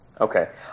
Okay